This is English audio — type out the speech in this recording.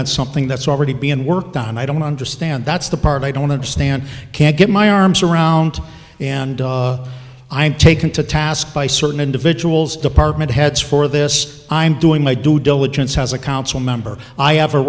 on something that's already being worked on and i don't understand that's the part i don't understand can't get my arms around and i'm taken to task by certain individuals department heads for this i'm doing my due diligence has a council member i have a